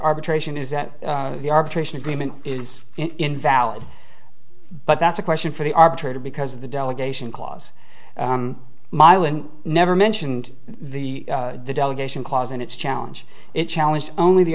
arbitration is that the arbitration agreement is invalid but that's a question for the arbitrator because the delegation clause mylan never mentioned the delegation clause in its challenge it challenged only the